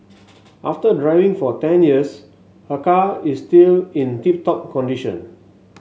after driving for ten years her car is still in tip top condition